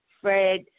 Fred